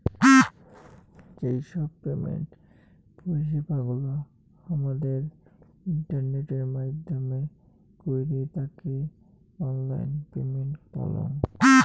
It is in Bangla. যেই সব পেমেন্ট পরিষেবা গুলা হামাদের ইন্টারনেটের মাইধ্যমে কইরে তাকে অনলাইন পেমেন্ট বলঙ